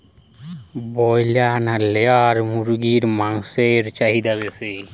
Broiler না layer মুরগির মাংসর চাহিদা বেশি?